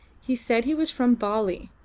he said he was from bali,